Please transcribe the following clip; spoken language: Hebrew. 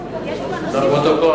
יש פה אנשים, לפרוטוקול.